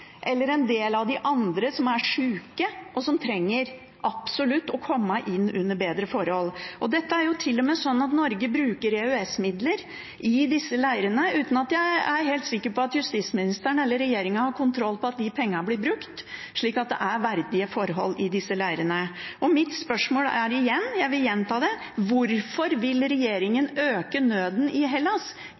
eller en del av de andre, som er sjuke, og som absolutt trenger å komme inn under bedre forhold. Norge bruker til og med EØS-midler til disse leirene, uten at jeg er helt sikker på at justisministeren eller regjeringen har kontroll på at de pengene blir brukt slik at det er verdige forhold i disse leirene. Mitt spørsmål er igjen, jeg vil gjenta det: Hvorfor vil regjeringen øke nøden i Hellas?